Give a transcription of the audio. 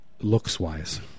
looks-wise